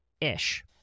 ish